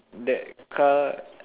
that car